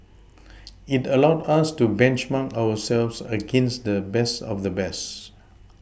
it allowed us to benchmark ourselves against the best of the best